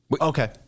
Okay